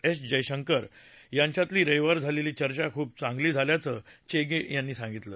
S Jaishankar यांच्यातली रविवारी झालेली चर्चा खूप चांगली झाल्याचं चेगेनी यांनी सांगितलं